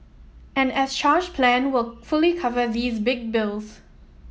and as charged plan will fully cover these big bills